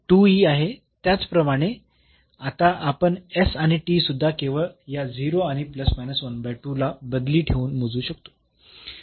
तर ते आहे त्याचप्रमाणे आता आपण हा आणि सुद्धा केवळ या 0 आणि ला बदली ठेवून मोजू शकतो